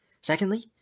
Secondly